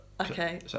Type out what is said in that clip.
Okay